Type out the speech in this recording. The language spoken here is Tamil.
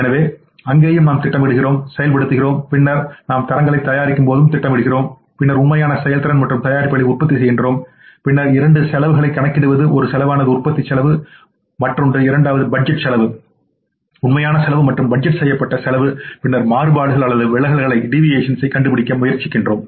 எனவே அங்கேயும் நாம் திட்டமிடுகிறோம் செயல்படுத்துகிறோம் பின்னர் நாம் தரங்களைத் தயாரிக்கும்போதும் திட்டமிடுகிறோம் பின்னர் உண்மையான செயல்திறன்மற்றும்தயாரிப்புகளை உற்பத்திசெய்கிறோம் பின்னர்இரண்டு செலவுகளைக் கணக்கிடுவது ஒரு செலவானது உற்பத்தி செலவாகும் மற்றும் இரண்டாவது பட்ஜெட் செலவு உண்மையான செலவு மற்றும் பட்ஜெட் செய்யப்பட்ட செலவு மற்றும் பின்னர் மாறுபாடுகள் அல்லது விலகல்களைக் கண்டுபிடிக்க முயற்சிக்கிறோம்